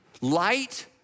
light